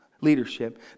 leadership